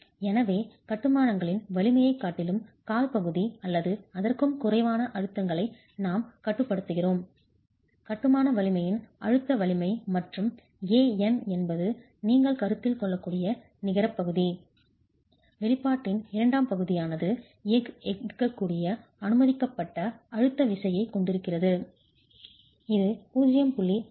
எனவே கட்டுமானங்களின் வலிமையைக் காட்டிலும் கால் பகுதி அல்லது அதற்கும் குறைவான அழுத்தங்களை நாம் கட்டுப்படுத்துகிறோம் கட்டுமான வலிமையின் அழுத்த வலிமை மற்றும் An என்பது நீங்கள் கருத்தில் கொள்ளக்கூடிய நிகரப் பகுதி வெளிப்பாட்டின் இரண்டாம் பகுதியானது எஃகு எடுக்கக்கூடிய அனுமதிக்கப்பட்ட அமுக்க விசையைக் கொண்டுவருகிறது இது 0